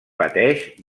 pateix